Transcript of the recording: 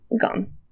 gone